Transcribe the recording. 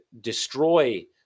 destroy